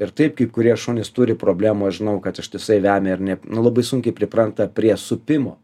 ir taip kai kurie šunys turi problemų aš žinau kad ištisai vemia ir ne nu labai sunkiai pripranta prie supimo